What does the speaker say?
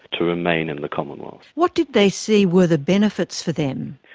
to remain in the commonwealth. what did they see were the benefits for them?